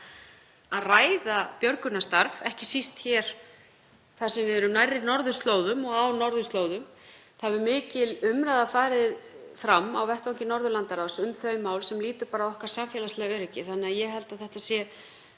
að ræða björgunarstarf, ekki síst hér þar sem við erum nærri norðurslóðum og á norðurslóðum. Það hefur mikil umræða farið fram á vettvangi Norðurlandaráðs um þau mál sem lúta að samfélagslegu öryggi okkar. Þannig að ég held að þetta sé